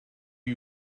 are